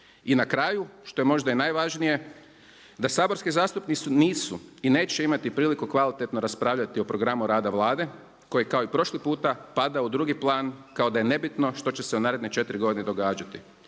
I na kraju što je možda i najvažnije da saborski zastupnici nisu i neće imati priliku kvalitetno raspravljati o programu rada Vlade koji kao i prošli puta pada u drugi plan kao da je nebitno što će se u naredne 4 godine događati.